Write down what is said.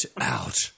out